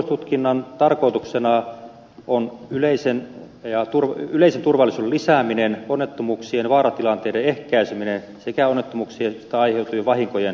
turvallisuustutkinnan tarkoituksena on yleisen turvallisuuden lisääminen onnettomuuksien ja vaaratilanteiden ehkäiseminen sekä onnettomuuksista aiheutuvien vahinkojen torjuminen